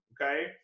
okay